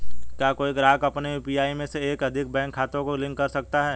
क्या कोई ग्राहक अपने यू.पी.आई में एक से अधिक बैंक खातों को लिंक कर सकता है?